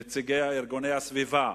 נציגי איכות הסביבה?